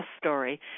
story